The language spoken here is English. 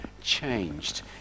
changed